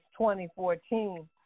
2014